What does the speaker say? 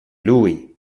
lui